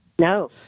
No